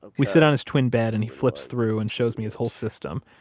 ah we sit on his twin bed, and he flips through and shows me his whole system,